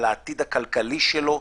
על העתיד הכלכלי שלו,